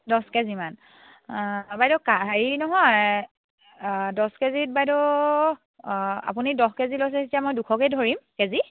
দছ কেজিমান বাইদেউ কা হেৰি নহয় দছ কেজিত বাইদেউ আপুনি দহ কেজি লৈছে এতিয়া মই দুশকেই ধৰিম কেজি